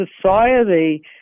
society